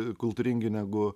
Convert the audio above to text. kultūringi negu